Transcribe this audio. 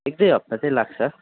एक दुई हप्त चाहिँ लाग्छ